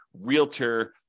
realtor